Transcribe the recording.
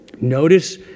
Notice